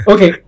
Okay